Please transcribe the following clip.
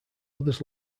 others